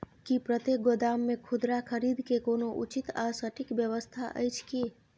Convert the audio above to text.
की प्रतेक गोदाम मे खुदरा खरीद के कोनो उचित आ सटिक व्यवस्था अछि की?